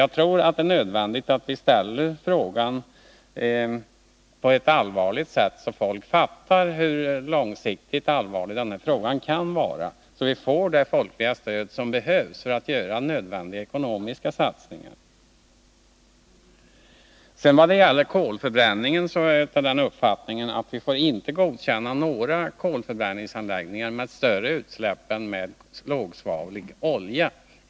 Jag tror att det är nödvändigt att vi framställer frågan på ett allvarligt sätt, så att folk fattar hur långsiktigt allvarlig denna fråga kan vara, för att vi skall få det folkliga stöd som behövs för att göra nödvändiga ekonomiska satsningar. Vad gäller kolförbränning, är jag av den uppfattningen att vi inte får godkänna några kolförbränningsanläggningar med större utsläpp än det blir av lågsvavlig olja.